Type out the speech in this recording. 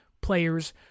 players